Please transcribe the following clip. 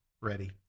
ready